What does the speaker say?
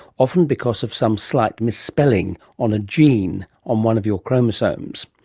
often because of some slight mis-spelling on a gene on one of your chromosomes.